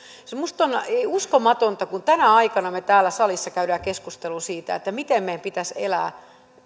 minusta on uskomatonta että tänä aikana me täällä salissa käymme keskustelua siitä miten meidän pitäisi elää